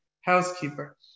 housekeeper